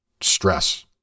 stress